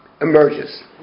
emerges